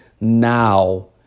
now